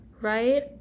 right